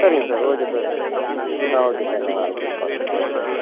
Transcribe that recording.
சரிங்க sir okay sir ஆ okay sir நான் நாளைக்கு வந்து பார்க்குறேன் ஓகே சார்